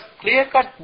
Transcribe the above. clear-cut